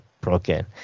broken